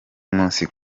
nkusi